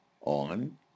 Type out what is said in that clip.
on